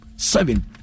Seven